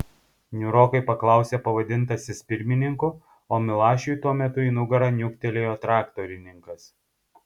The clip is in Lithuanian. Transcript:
niūrokai paklausė pavadintasis pirmininku o milašiui tuo metu į nugarą niuktelėjo traktorininkas